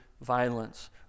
violence